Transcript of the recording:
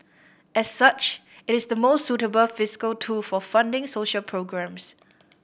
as such it is the most suitable fiscal tool for funding social programmes